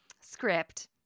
script